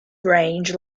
range